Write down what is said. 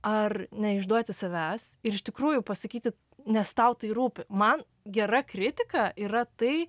ar neišduoti savęs ir iš tikrųjų pasakyti nes tau tai rūpi man gera kritika yra tai